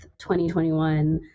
2021